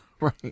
Right